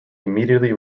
immediately